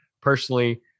Personally